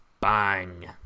Bang